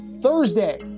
Thursday